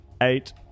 eight